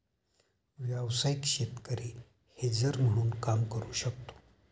व्यावसायिक शेतकरी हेजर म्हणून काम करू शकतो